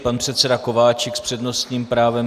Pan předseda Kováčik s přednostním právem.